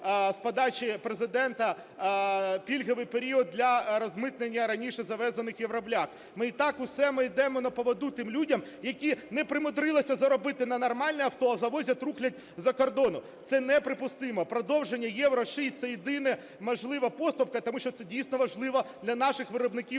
з подачі Президента пільговий період для розмитнення раніше завезених євроблях. Ми й так усе, ми йдемо на поводу тим людям, які не примудрилися заробити на нормальне авто, завозять рухлядь з-за кордону. Це неприпустимо, продовження євро–6, це єдина, можливо, поступка, тому що це дійсно важливо для наших виробників